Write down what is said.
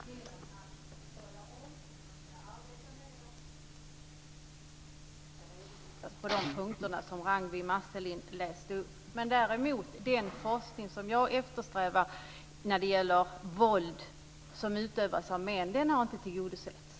Herr talman! Ja, jag anser att betänkandet har tillgodosett de yrkandena genom att tala om att man ska arbeta med dem. Man har också fastställt datum då det ska redovisas för de punkter som Ragnwi Marcelind läste upp. Däremot har inte det som jag efterlyser när det gäller forskning om det våld som utövas av män tillgodosetts.